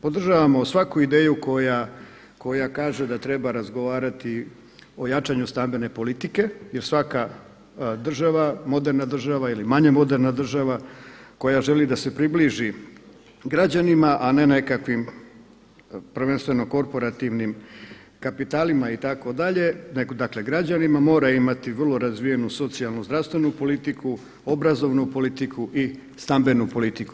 Podržavamo svaku ideju koja kaže da treba razgovarati o jačanju stambene politike jer svaka država, moderna država ili manje moderna država koja želi da se približi građanima a ne nekakvim prvenstveno korporativnim kapitalima itd., nego dakle građanima mora imati vrlo razvijenu socijalnu, zdravstvenu politiku, obrazovnu politiku i stambenu politiku.